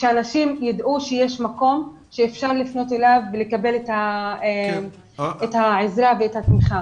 שאנשים ידעו שיש מקום שאפשר לפנות אליו ולקבל את העזרה והתמיכה.